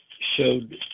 showed